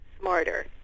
smarter